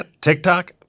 TikTok